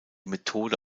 methode